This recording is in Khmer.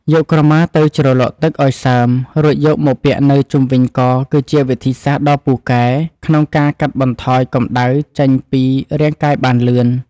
យកក្រមាទៅជ្រលក់ទឹកឱ្យសើមរួចយកមកពាក់នៅជុំវិញកគឺជាវិធីសាស្ត្រដ៏ពូកែក្នុងការកាត់បន្ថយកម្តៅចេញពីរាងកាយបានលឿន។